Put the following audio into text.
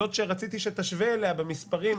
זאת שרציתי שתשווה אליה במספרים,